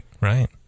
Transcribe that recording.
right